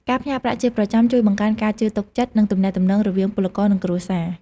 ការផ្ញើប្រាក់ជាប្រចាំជួយបង្កើនការជឿទុកចិត្ត និងទំនាក់ទំនងរវាងពលករ និងគ្រួសារ។